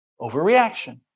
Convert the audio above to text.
overreaction